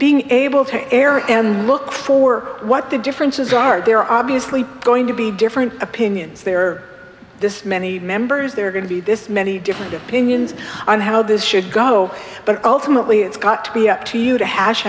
being able to air it and look for what the differences are there are obviously going to be different opinions there are this many members there are going to be this many different opinions on how this should go but ultimately it's got to be up to you to hash